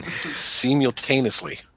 simultaneously